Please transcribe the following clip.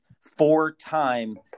four-time